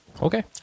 Okay